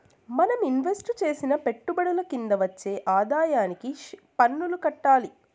మనం ఇన్వెస్టు చేసిన పెట్టుబడుల కింద వచ్చే ఆదాయానికి పన్నులు కట్టాలి